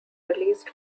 released